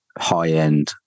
high-end